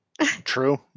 True